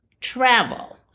travel